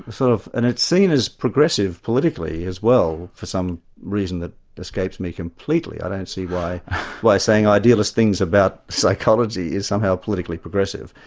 sort of, and it's seen as progressive politically as well for some reason that escapes me completely. i don't see why why saying idealist things about psychology is somehow politically progressive.